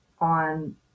on